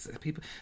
People